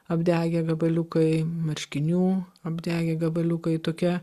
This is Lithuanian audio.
apdegę gabaliukai marškinių apdegę gabaliukai tokie